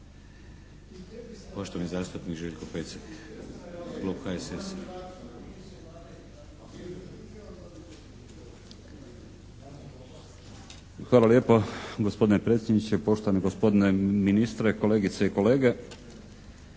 Hvala lijepo gospodine predsjedniče. Poštovani gospodine ministre, kolegice i kolege.